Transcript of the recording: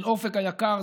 של אופק היקר,